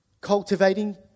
cultivating